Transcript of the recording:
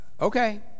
okay